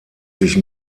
sich